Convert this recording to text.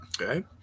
Okay